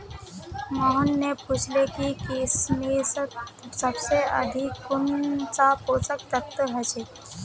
मोहन ने पूछले कि किशमिशत सबसे अधिक कुंन सा पोषक तत्व ह छे